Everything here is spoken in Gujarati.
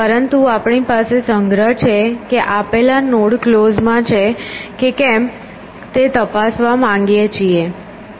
પરંતુ આપણી પાસે સંગ્રહ છે કે આપેલ નોડ ક્લોઝ છે કે કેમ તે તપાસવા માંગીએ છીએ